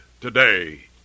today